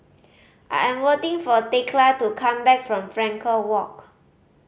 I am waiting for Thekla to come back from Frankel Walk